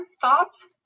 thoughts